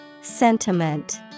Sentiment